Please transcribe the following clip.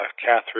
Catherine